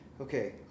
okay